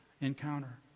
encounter